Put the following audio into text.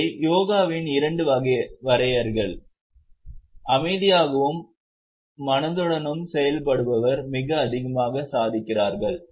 இவை யோகாவின் இரண்டு வரையறைகள் அமைதியாகவும் மனதுடனும் செயல்படுபவர் மிக அதிகமாக சாதிக்கிறார்